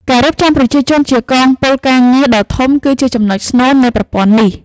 ការរៀបចំប្រជាជនជាកងពលការងារដ៏ធំគឺជាចំណុចស្នូលនៃប្រព័ន្ធនេះ។